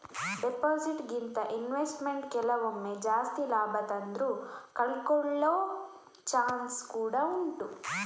deposit ಗಿಂತ investment ಕೆಲವೊಮ್ಮೆ ಜಾಸ್ತಿ ಲಾಭ ತಂದ್ರೂ ಕಳ್ಕೊಳ್ಳೋ ಚಾನ್ಸ್ ಕೂಡಾ ಉಂಟು